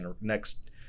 next